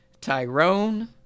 Tyrone